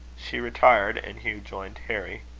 she retired, and hugh joined harry.